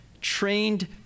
trained